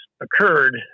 occurred